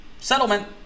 Settlement